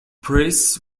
priests